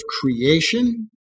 creation